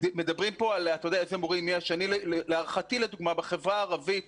מדברים כאן על המורים ולהערכתי בחברה הערבית